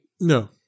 No